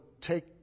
take